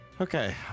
Okay